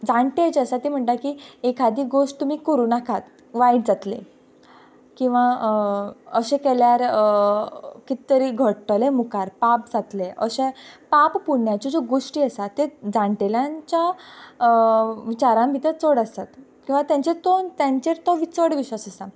जाणटे जे आसा ते म्हणटा की एखादी गोश्ट तुमी करूं नाकात वा वायट जातलें किंवां अशें केल्यार किदें तरी घडटलें मुखार पाप जातलें अशें पाप पुण्याच्यो ज्यो गोश्टी आसात ते जाणटेल्यांच्या विचारां भितर चड आसात किंवां तांच्याकून तांचेर ताजो चड विश्वास आसा